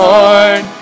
Lord